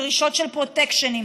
דרישות של פרוטקשנים,